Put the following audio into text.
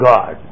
God